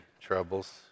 troubles